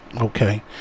Okay